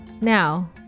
Now